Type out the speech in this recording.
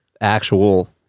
actual